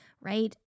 right